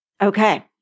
Okay